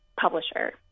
publisher